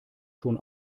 schon